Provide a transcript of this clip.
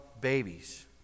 babies